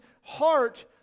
heart